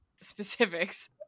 specifics